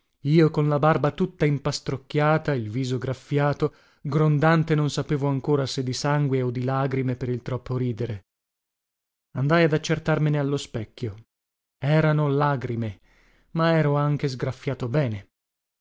io con la barba tutta impastocchiata il viso sgraffiato grondante non sapevo ancora se di sangue o di lagrime per il troppo ridere andai ad accertarmene allo specchio erano lagrime ma ero anche sgraffiato bene